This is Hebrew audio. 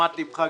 לתשומת ליבך,